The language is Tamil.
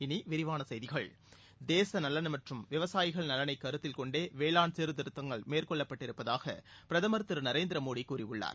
இனி விரிவான செய்திகள் தேசநலன் மற்றும் விவசாயிகள் நலனை கருத்தில் கொண்டே வேளாண் சீர்திருத்தங்கள மேற்கொள்ள பட்டிருப்பதாக பிரதமர் திரு நரேந்திரமோடி கூறியுள்ளார்